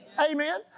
amen